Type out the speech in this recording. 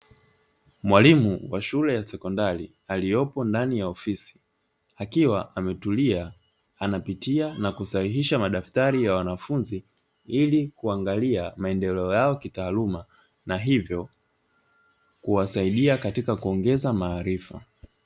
Mwalimu wa shule ya sekondari aliopo ndani ya ofisi, akiwa ametulia ,anapitia na kusahihisha madaftari ya wanafunzi ili kuangalia maendeleo yao kitaaluma, na hivyo kuwasaidia katika kuongeza maarifa.